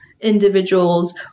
individuals